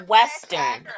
Western